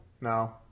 No